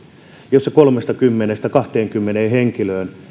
jossa kolmestakymmenestä kahteenkymmeneen henkilöön